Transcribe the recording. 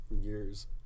Years